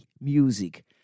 music